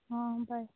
ହଁ ବାଏ